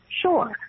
Sure